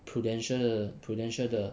Prudential 的 Prudential 的